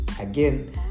again